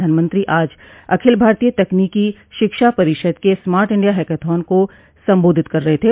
प्रधानमंत्री आज अखिल भारतीय तकनीकी शिक्षा परिषद के स्मार्ट इंडिया हैकाथॉन को संबोधित कर रहे थे